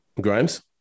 Grimes